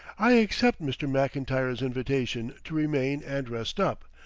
i accept mr. mcintyre's invitation to remain and rest up,